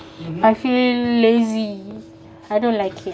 I feel lazy I don't like it